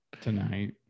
tonight